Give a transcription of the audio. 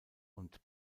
und